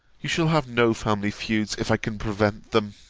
you shall have no family feuds if i can prevent them.